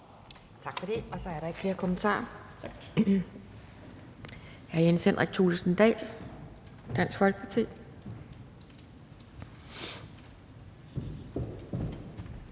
Tak for det. Så er der ikke flere kommentarer. Hr. Jens Henrik Thulesen Dahl, Dansk Folkeparti.